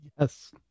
Yes